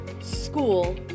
School